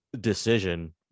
decision